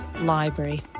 library